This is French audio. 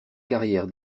carrière